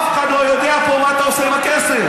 אף אחד פה לא יודע מה אתה עושה עם הכסף.